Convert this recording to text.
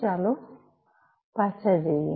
તો ચાલો પાછા જઈએ